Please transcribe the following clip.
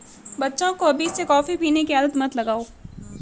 बच्चे को अभी से कॉफी पीने की आदत मत लगाओ